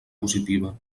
positiva